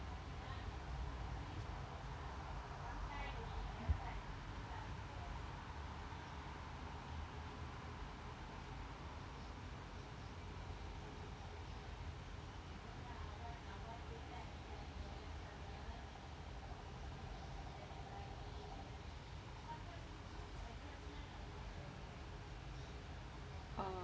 uh